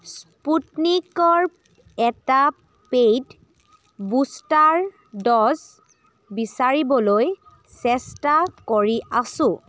স্পুটনিকৰ এটা paid booster dose বিচাৰিবলৈ চেষ্টা কৰি আছোঁ